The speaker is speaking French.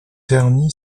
terny